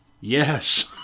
Yes